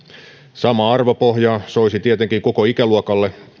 saman arvopohjan soisi tietenkin koko ikäluokalle